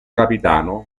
capitano